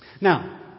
Now